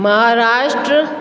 Maharashtra